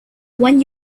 when